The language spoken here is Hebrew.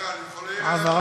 רגע, אני יכול להעיר הערה?